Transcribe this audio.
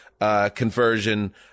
conversion